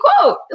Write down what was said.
quote